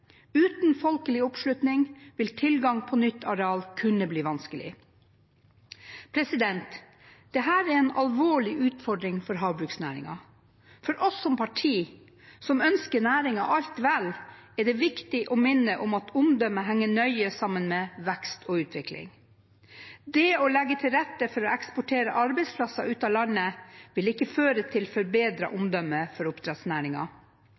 Uten folkelig oppslutning vil tilgang på nytt areal kunne bli vanskelig. Dette er en alvorlig utfordring for havbruksnæringen. For oss som parti, som ønsker næringen alt vel, er det viktig å minne om at omdømme henger nøye sammen med vekst og utvikling. Det å legge til rette for å eksportere arbeidsplasser ut av landet vil ikke føre til forbedret omdømme for